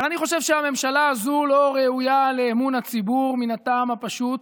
אבל אני חושב שהממשלה הזאת לא ראויה לאמון הציבור מן הטעם הפשוט,